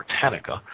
Britannica